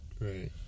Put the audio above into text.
Right